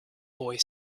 boy